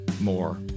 more